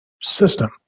system